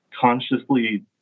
consciously